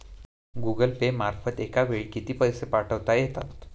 Google Pay मार्फत एका वेळी किती पैसे पाठवता येतात?